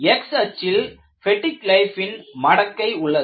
x அச்சில் பெடிக் லைப் ன் மடக்கை உள்ளது